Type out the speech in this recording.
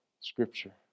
Scripture